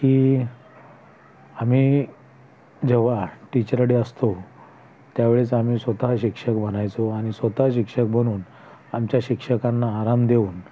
की आम्ही जेव्हा टीचर डे असतो त्यावेळेस आम्ही स्वतः शिक्षक बनायचो आणि स्वतः शिक्षक बनून आमच्या शिक्षकांना आराम देऊन